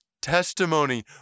testimony